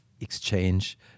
exchange